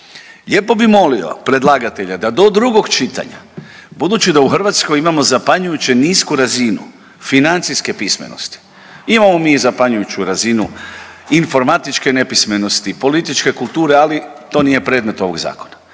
Lijepo bi molio predlagatelja da do drugog čitanja, budući da u Hrvatskoj imamo zapanjujuće nisku razinu financijske pismenosti, imamo mi zapanjujuću razinu informatičke nepismenosti, političke kulture, ali to nije predmet ovog zakona,